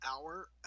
hour